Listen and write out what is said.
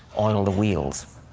oil the wheels,